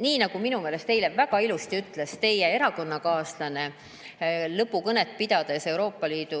nii nagu minu meelest eile väga ilusti ütles teie erakonnakaaslane lõpukõnet pidades Euroopa Liidu